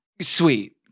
Sweet